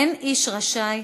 אין איש רשאי,